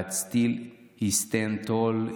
/ But still he stands tall,